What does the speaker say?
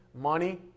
money